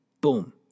Boom